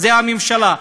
זו הממשלה.